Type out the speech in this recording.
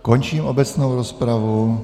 Končím obecnou rozpravu.